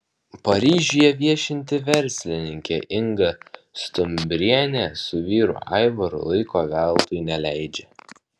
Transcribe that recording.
paryžiuje viešinti verslininkė inga stumbrienė su vyru aivaru laiko veltui neleidžia